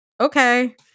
Okay